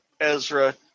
Ezra